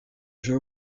jeu